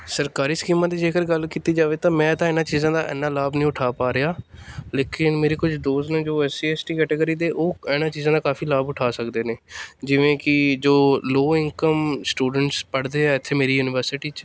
ਸਰਕਾਰੀ ਸਕੀਮਾਂ ਦੀ ਜੇਕਰ ਗੱਲ ਕੀਤੀ ਜਾਵੇ ਤਾਂ ਮੈਂ ਤਾਂ ਇਹਨਾਂ ਚੀਜ਼ਾਂ ਦਾ ਇੰਨਾ ਲਾਭ ਨਹੀਂ ਉਠਾ ਪਾ ਰਿਹਾ ਲੇਕਿਨ ਮੇਰੇ ਕੁਝ ਦੋਸਤ ਨੇ ਜੋ S C S T category ਦੇ ਉਹ ਇਹਨਾਂ ਚੀਜ਼ਾਂ ਨਾਲ ਕਾਫੀ ਲਾਭ ਉਠਾ ਸਕਦੇ ਨੇ ਜਿਵੇਂ ਕਿ ਜੋ ਲੋਅ ਇਨਕਮ ਸਟੂਡੈਂਟਸ ਪੜ੍ਹਦੇ ਆ ਇੱਥੇ ਮੇਰੀ ਯੂਨੀਵਰਸਿਟੀ 'ਚ